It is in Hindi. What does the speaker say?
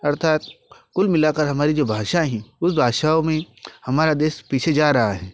अर्थात कुल मिलाकर हमारी जो भासा हैं उन भाषाओं में हमारा देश पीछे जा रहा है